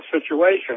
situation